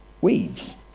weeds